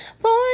Born